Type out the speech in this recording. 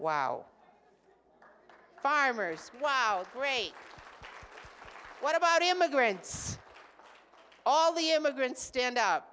wow farmers wow great what about immigrants all the immigrants stand up